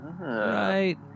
Right